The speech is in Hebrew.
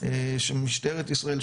שמשטרת ישראל,